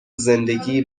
زندگی